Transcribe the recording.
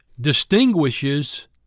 distinguishes